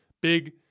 big